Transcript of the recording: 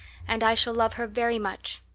and i shall love her very much.